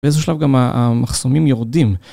באיזשהו שלב גם המחסומים יורדים.